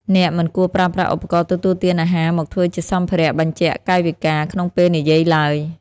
អ្នកមិនគួរប្រើប្រាស់ឧបករណ៍ទទួលទានអាហារមកធ្វើជាសម្ភារៈបញ្ជាក់កាយវិការក្នុងពេលនិយាយឡើយ។